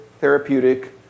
therapeutic